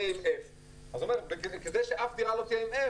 עם F. אז כדי שאף דירה לא תהיה עם F,